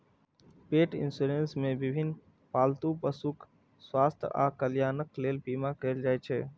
पेट इंश्योरेंस मे विभिन्न पालतू पशुक स्वास्थ्य आ कल्याणक लेल बीमा कैल जाइ छै